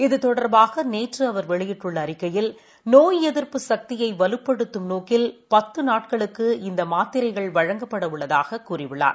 இது தொடர்பாகநேற்றுஅவர் வெளியிட்டுள்ளஅறிக்கையில் நோய் எதிர்ப்பு சக்தியைவலுப்படுத்தும் நோக்கில் பத்துநாட்களுக்கு இந்தமாத்திரைவழங்கப்படஉள்ளதாகக் கூறியுள்ளார்